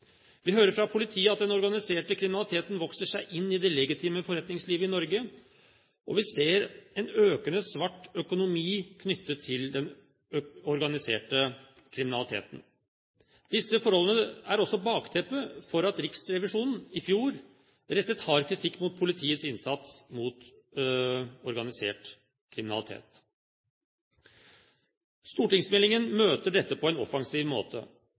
Vi hører fra politiet at den organiserte kriminaliteten vokser seg inn i det legitime forretningslivet i Norge. Vi ser en økende svart økonomi knyttet til den organiserte kriminaliteten. Disse forholdene er også bakteppet for at Riksrevisjonen i fjor rettet hard kritikk mot politiets innsats mot organisert kriminalitet. Stortingsmeldingen møter dette på en offensiv måte,